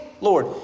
Lord